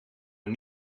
een